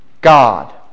God